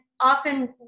Often